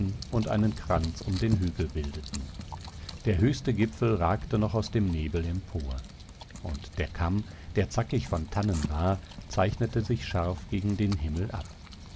und einen kranz um den hügel bildeten der höchste gipfel ragte noch aus dem nebel empor und der kamm der zackig von tannen war zeichnete sich scharf gegen den himmel ab